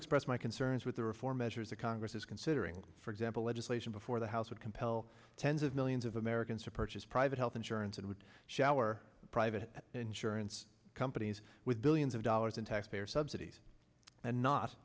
expressed my concerns with the reform measures that congress is considering for example legislation before the house would compel tens of millions of americans to purchase private health insurance and would shower private insurance companies with billions of dollars in taxpayer subsidies and not